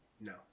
No